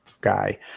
guy